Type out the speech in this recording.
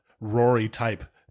Rory-type